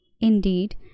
Indeed